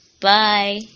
Bye